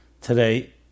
today